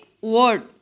word